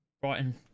Brighton